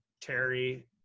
Terry